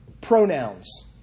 pronouns